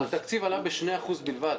התקציב עלה ב-2% בלבד.